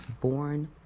born